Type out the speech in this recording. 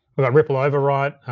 with our ripple override,